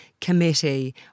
committee